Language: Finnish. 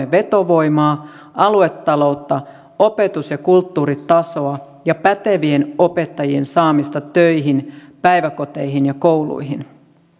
vetovoimaa aluetaloutta opetuksen ja kulttuurin tasoa ja pätevien opettajien saamista töihin päiväkoteihin ja kouluihin